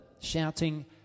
shouting